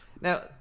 Now